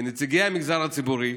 כנציגי המגזר הציבורי,